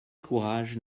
courage